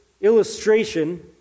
illustration